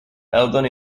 eldon